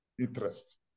interest